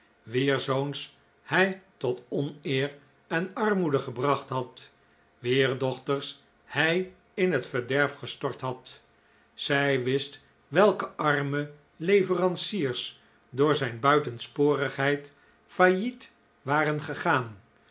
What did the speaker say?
wier zoons hij tot oneer en armoede gebracht had wier dochters hij in t verderf gestort had zij wist welke arme leveranciers door zijn buitensporigheid failliet waren gegaan